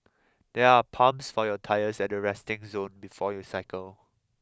there are pumps for your tyre at the resting zone before you cycle